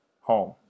home